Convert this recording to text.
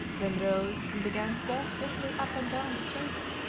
then rose and began to walk swiftly up and down the chamber,